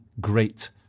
great